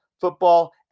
football